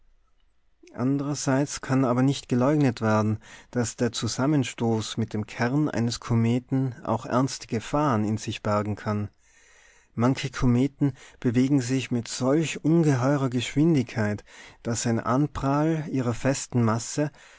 andrerseits kann aber nicht geleugnet werden daß der zusammenstoß mit dem kern eines kometen auch ernste gefahren in sich bergen kann manche kometen bewegen sich mit solch ungeheurer geschwindigkeit daß ein anprall ihrer festen masse